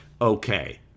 Okay